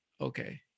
okay